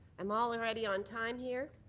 i'm already on time here.